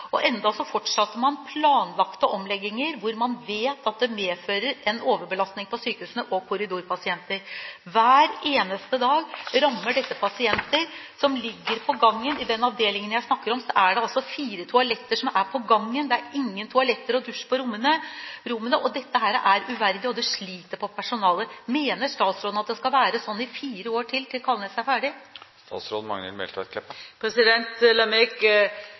medfører en overbelastning på sykehusene og korridorpasienter. Hver eneste dag rammer dette pasienter som ligger på gangen. I den avdelingen jeg snakker om, er det altså fire toaletter som er på gangen, det er ingen toaletter eller dusj på rommene. Dette er uverdig, og det sliter på personalet. Mener statsråden at det skal være slik i fire år til, til